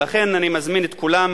ולכן אני מזמין את כולם,